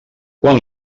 quan